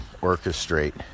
orchestrate